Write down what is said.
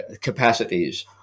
capacities